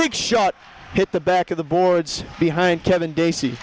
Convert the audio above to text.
big shot hit the back of the boards behind kevin da